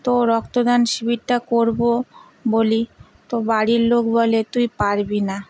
তো রক্তদান শিবিরটা করবো বলি তো বাড়ির লোক বলে তুই পারবি না